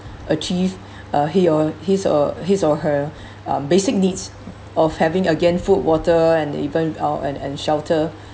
achieve uh he or his or his or her um basic needs of having again food water and even oh and and shelter